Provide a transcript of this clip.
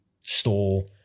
store